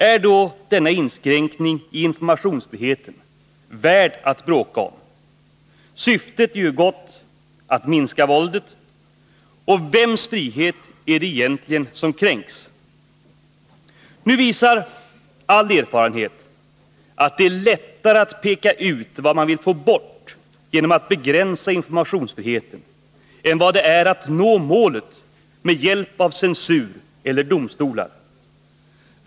Är då denna inskränkning i informationsfriheten värd att bråka om? Syftet — att minska våldet — är ju gott, och vems frihet är det egentligen som kränks? Nu visar all erfarenhet att det är lättare att peka ut vad man vill få bort genom att begränsa informationsfriheten än vad det är att nå målet med hjälp av censur eller domstolar.